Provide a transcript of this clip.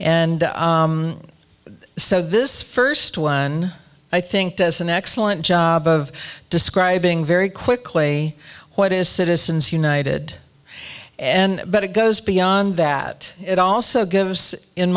and so this first one i think does an excellent job of describing very quickly what is citizens united and but it goes beyond that it also gives in